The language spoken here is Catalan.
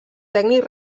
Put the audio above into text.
tècnic